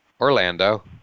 Orlando